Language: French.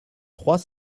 trois